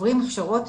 עוברים הכשרות,